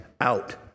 out